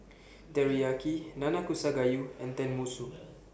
Teriyaki Nanakusa Gayu and Tenmusu